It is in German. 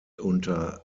unter